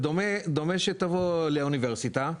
זה דומה שתבוא לאוניברסיטה,